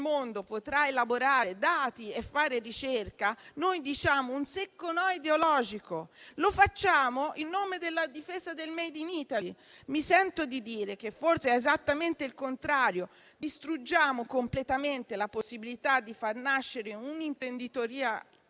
mondo potrà elaborare dati e fare ricerca, noi diciamo un secco no ideologico. E lo facciamo il nome della difesa del *made in Italy*. Mi sento di dire che, forse, è esattamente il contrario, perché noi distruggiamo completamente la possibilità di far nascere un'imprenditoria